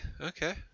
okay